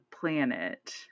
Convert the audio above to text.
planet